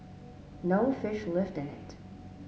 no fish lived in it